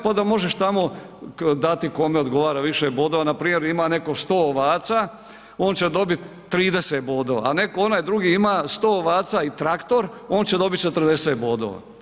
Pa da možeš tamo dati kome odgovara više bodova, npr. ima neko 100 ovaca, on će dobit 30 bodova, a neko onaj drugi ima 100 ovaca i traktor, on će dobit 40 bodova.